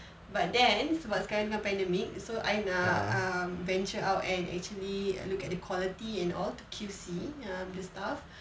but then sebab sekarang tengah pandemic so I um um venture out and actually look at the quality and all to Q_C um the stuff